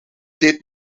dit